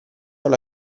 alla